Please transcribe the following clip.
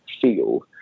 feel